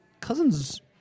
Cousins